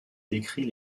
décrit